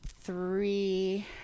three